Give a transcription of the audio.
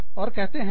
और कहते हैं नहीं